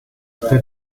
her